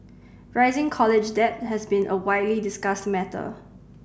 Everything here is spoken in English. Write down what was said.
rising college debt has been a widely discussed matter